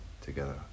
together